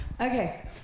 Okay